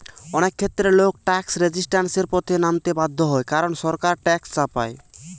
অনেক ক্ষেত্রে লোক ট্যাক্স রেজিস্ট্যান্সের পথে নামতে বাধ্য হয় কারণ সরকার ট্যাক্স চাপায়